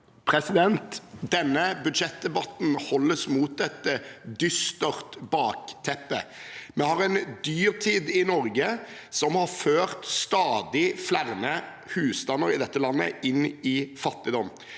Denne budsjett- debatten holdes mot et dystert bakteppe. Vi har en dyrtid i Norge som har ført stadig flere husstander i dette landet inn i fattigdom.